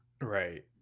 Right